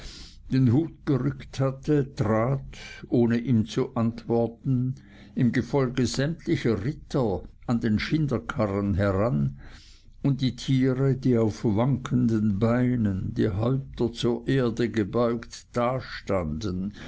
den hut gerückt hatte trat ohne ihm zu antworten im gefolge sämtlicher ritter an den schinderkarren heran und die tiere die auf wankenden beinen die häupter zur erde gebeugt dastanden